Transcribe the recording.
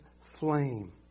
flame